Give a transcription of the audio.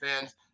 fans